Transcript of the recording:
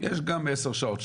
יש גם עשרה שעות,